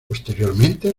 posteriormente